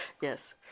Yes